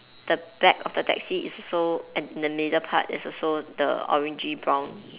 the back of the taxi is also and the middle part is also the orangey brown